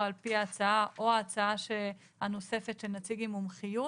על פי ההצעה או ההצעה הנוספת של נציג עם מומחיות?